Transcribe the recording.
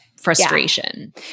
frustration